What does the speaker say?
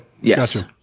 yes